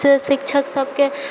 शिक्षक सबके